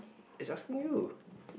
it's asking you